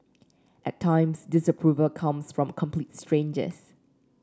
at times disapproval comes from complete strangers